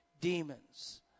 Demons